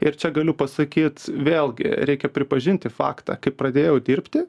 ir čia galiu pasakyt vėlgi reikia pripažinti faktą kai pradėjau dirbti